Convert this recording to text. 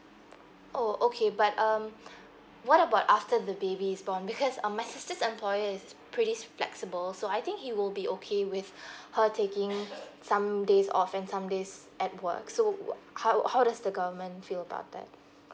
oh okay but um what about after the baby is born because um my sister's employer is pretty flexible so I think he will be okay with her taking some days off and some days at work so wo~ how how does the government feel about that